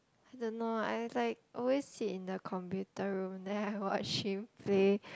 I don't know I like always sit in the computer room then I watch him play